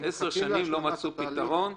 10 שנים לא מצאו פתרון,